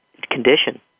condition